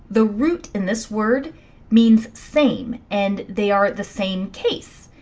the root in this word means same and they are the same case.